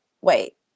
wait